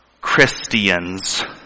Christians